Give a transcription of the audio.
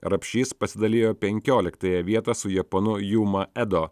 rapšys pasidalijo penkioliktąją vietą su japonu juma edo